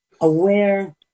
Aware